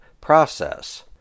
process